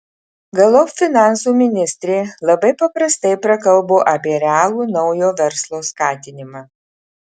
galop finansų ministrė labai paprastai prakalbo apie realų naujo verslo skatinimą